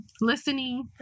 listening